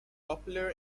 popular